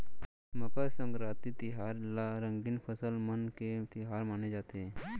मकर संकरांति तिहार ल रंगीन फसल मन के तिहार माने जाथे